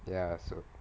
ya so